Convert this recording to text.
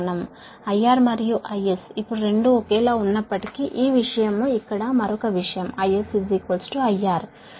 అయినప్పటికీ IR మరియు IS ఇప్పుడు రెండూ ఒకేలా ఉన్నప్పటికీ ఇక్కడ మరొక విషయం IS IR